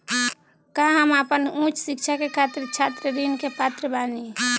का हम आपन उच्च शिक्षा के खातिर छात्र ऋण के पात्र बानी?